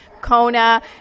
Kona